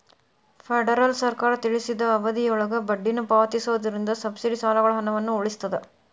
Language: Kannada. ಫೆಡರಲ್ ಸರ್ಕಾರ ತಿಳಿಸಿದ ಅವಧಿಯೊಳಗ ಬಡ್ಡಿನ ಪಾವತಿಸೋದ್ರಿಂದ ಸಬ್ಸಿಡಿ ಸಾಲಗಳ ಹಣವನ್ನ ಉಳಿಸ್ತದ